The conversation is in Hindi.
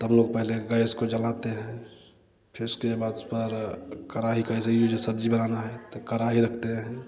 त हम लोग पहले गैस को जलाते हैं फिर उसके बाद उस पर कड़ाही कैसे यूज सब्ज़ी बनाना है त कड़ाही रखते हैं